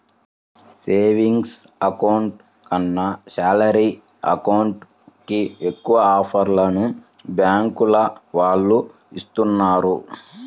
savings account కన్నా salary account కి ఎక్కువ ఆఫర్లను బ్యాంకుల వాళ్ళు ఇస్తున్నారు